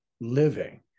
living